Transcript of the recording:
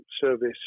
service